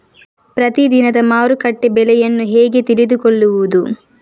ಪ್ರತಿದಿನದ ಮಾರುಕಟ್ಟೆ ಬೆಲೆಯನ್ನು ಹೇಗೆ ತಿಳಿದುಕೊಳ್ಳುವುದು?